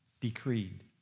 decreed